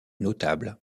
notable